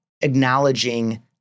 acknowledging